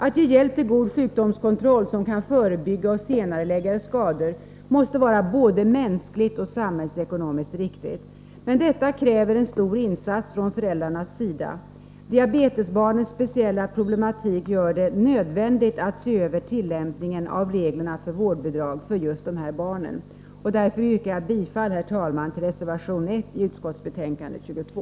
Att ge hjälp till god sjukdomskontroll, som kan förebygga och senarelägga skador, måste vara både mänskligt och samhällsekonomiskt riktigt. Men detta kräver en stor insats från föräldrarnas sida. Den speciella problematiken kring diabetesbarnen gör att det är nödvändigt att man ser över tillämpningen av reglerna för vårdbidrag till just de barn som jag här nämnt. Jag yrkar således bifall till reservation 1 vid socialförsäkringsutskottets betänkande 22.